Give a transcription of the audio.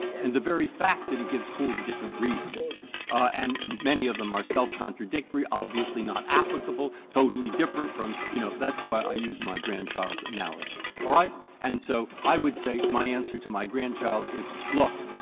and the very fact that he gives forty different reasons and many of them are self-contradictory, obviously not applicable, totally different from you know, that's why i used my grandchild's analogy. all right? and so i would say my answer to my grandchild is, look,